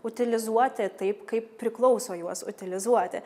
utilizuoti taip kaip priklauso juos utilizuoti